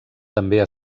també